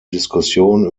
diskussion